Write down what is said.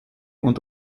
und